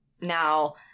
now